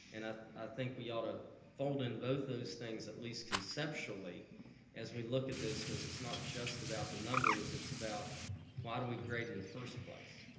and i think we oughta fold in both those things, at least conceptually as we look at this, cause it's not just about numbers, it's about why do we grade in the first place.